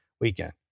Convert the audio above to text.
weekend